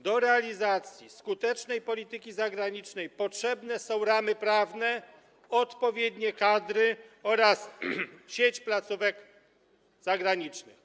Do realizacji skutecznej polityki zagranicznej potrzebne są ramy prawne, odpowiednie kadry oraz sieć placówek zagranicznych.